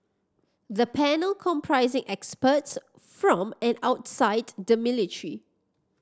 the panel comprising experts from and outside the military